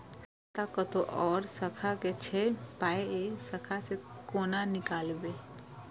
खाता कतौ और शाखा के छै पाय ऐ शाखा से कोना नीकालबै?